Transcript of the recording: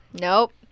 nope